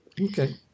Okay